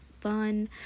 fun